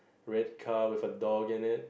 red car with a dog in it